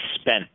spent